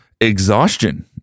exhaustion